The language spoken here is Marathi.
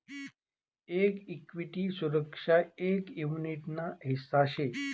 एक इक्विटी सुरक्षा एक युनीट ना हिस्सा शे